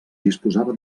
disposava